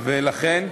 ולכן,